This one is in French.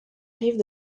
rives